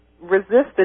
resisted